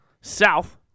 South